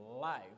life